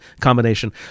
combination